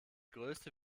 größte